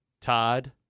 Todd